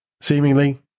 Seemingly